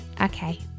Okay